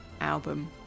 album